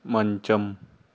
మంచం